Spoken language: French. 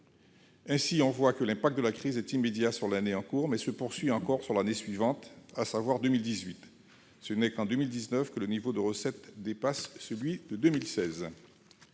Ainsi, on voit que l'impact de la crise est immédiat sur l'année en cours, mais il se poursuit encore sur l'année suivante, à savoir 2018. Ce n'est qu'en 2019 que le niveau de recette dépasse celui de 2016.